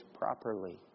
properly